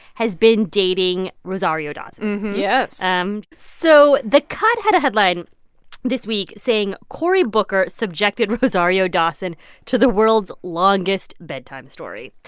has been dating rosario dawson yes and so the cut had a headline this week saying cory booker subjected rosario dawson to the world's longest bedtime story.